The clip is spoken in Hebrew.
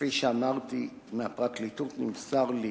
כפי שאמרתי, מהפרקליטות נמסר לי